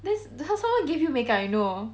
that's how someone give you make up you know